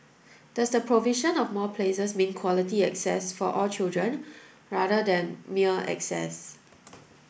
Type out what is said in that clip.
does the provision of more places mean quality access for all children rather than mere access